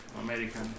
American